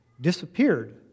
disappeared